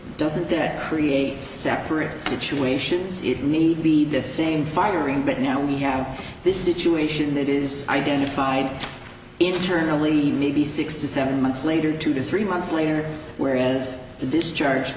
doesn't that create separate situations it need be the same firing but now we have this situation that is identified internally maybe six to seven months later two to three months later where is the discharge